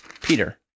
Peter